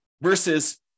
versus